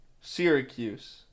Syracuse